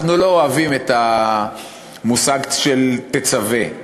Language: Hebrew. אנחנו לא אוהבים את המושג של "תצווה".